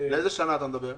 לאיזה שנה אתה מדבר?